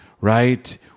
right